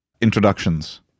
introductions